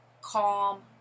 calm